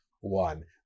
one